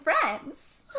friends